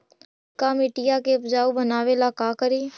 लालका मिट्टियां के उपजाऊ बनावे ला का करी?